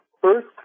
first